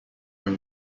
were